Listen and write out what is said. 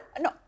No